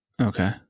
Okay